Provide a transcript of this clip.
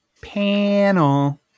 panel